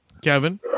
Kevin